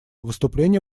выступления